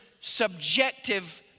subjective